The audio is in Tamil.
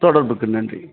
தொடர்புக்கு நன்றி